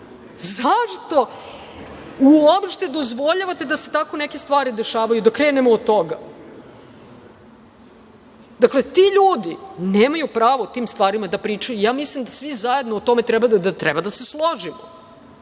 Zašto uopšte dozvoljavate da se tako neke stvari dešavaju, da krenemo od toga? Dakle, ti ljudi nemaju pravo o tim stvarima da pričaju. Ja mislim da svi zajedno o tome treba da se složimo,